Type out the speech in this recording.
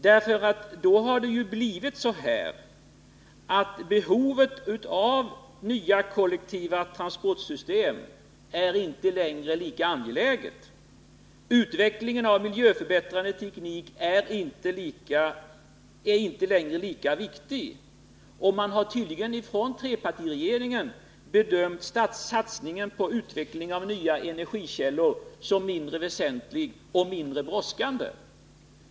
Då framstår det ju som om behovet av nya kollektivtrafiksystem inte längre är lika angeläget. Utvecklingen av miljöförbättrande teknik är inte längre lika viktig, och man har tydligen inom trepartiregeringen bedömt satsningen på utveckling av nya energikällor som mindre väsentlig och mindre brådskande.